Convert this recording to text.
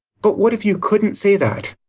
but what if you couldn't say that?